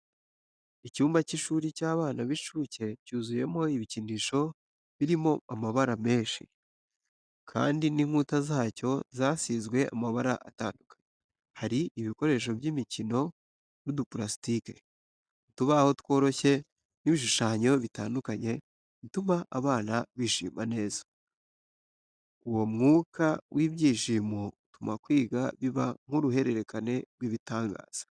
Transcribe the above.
Icyumba cy’ishuri cy’abana b’incuke cyuzuyemo ibikinisho birimo amabara menshi, kandi n’inkuta zacyo zasizwe amabara atandukanye. Hari ibikoresho by’imikino nk’udupurasitiki, utubaho tworoshye n’ibishushanyo bitandukanye bituma abana bishima neza. Uwo mwuka w’ibyishimo utuma kwiga biba nk’uruhererekane rw’ibitangaza.